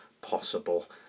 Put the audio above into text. possible